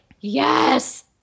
yes